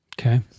Okay